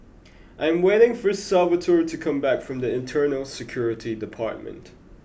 I am waiting for Salvatore to come back from Internal Security Department